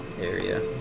area